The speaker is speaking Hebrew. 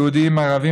יהודים לערבים,